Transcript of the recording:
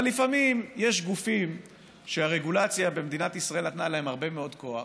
אבל לפעמים יש גופים שהרגולציה במדינת ישראל נתנה להם הרבה מאוד כוח,